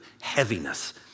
heaviness